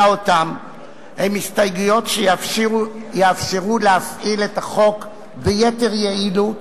אותן הן הסתייגויות שיאפשרו להפעיל את החוק ביתר יעילות,